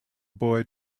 boy